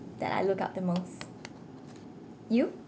that I look up the most you